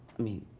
i mean,